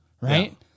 Right